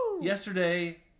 yesterday